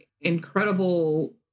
incredible